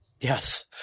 Yes